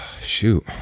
Shoot